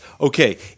Okay